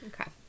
okay